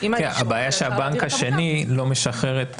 --- הבעיה שהבנק השני לא משחרר את